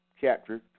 chapter